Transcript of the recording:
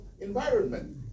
environment